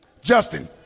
Justin